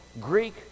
Greek